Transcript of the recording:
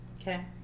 okay